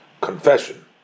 confession